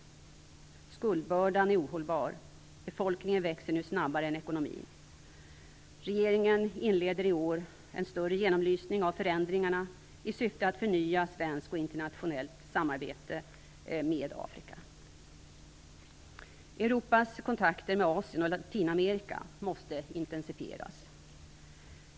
Skuldbördan är ohållbar. Befolkningen växer nu snabbare än ekonomin. Regeringen inleder i år en större genomlysning av förändringarna i syfte att förnya svenskt och internationellt samarbete med Afrika. Europas kontakter med Asien och Latinamerika måste intensifieras.